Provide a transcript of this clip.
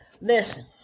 Listen